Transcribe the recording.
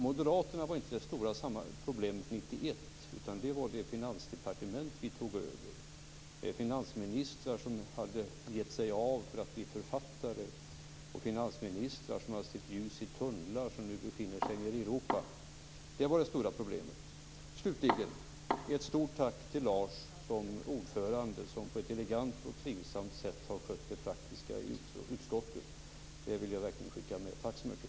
Moderaterna var som sagt inte det stora problemet 1991, utan det var det finansdepartement som vi tog över med finansministrar som hade gett sig av för att bli författare och finansministrar som hade sett ljus i tunnlar, som nu befinner sig nere i Europa. Det var det stora problemet. Slutligen ett stort tack till Lars som ordförande, som på ett elegant och trivsamt sätt har skött det praktiska i utskottet. Det vill jag verkligen skicka med. Tack så mycket!